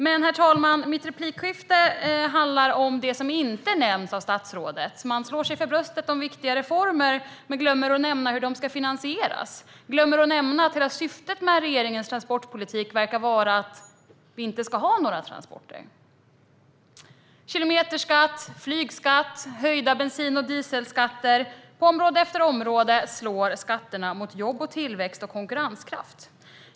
Men, herr talman, min replik handlar främst om det som inte nämns av statsrådet. Man slår sig för bröstet om viktiga reformer, men glömmer att nämna hur de ska finansieras, glömmer att nämna att hela syftet med regeringens transportpolitik verkar vara att vi inte ska ha några transporter. Kilometerskatt, flygskatt, höjda bensin och dieselskatter - på område efter område slår skatterna mot jobb, tillväxt och konkurrenskraft.